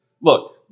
look